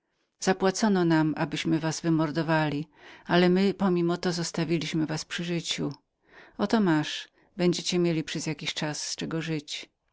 zapłacono nam abyśmy was wymordowali ale my pomimo to zostawiliśmy was przy życiu oto masz będziecie mieli przez jakiś czas żyć z czego